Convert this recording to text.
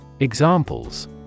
Examples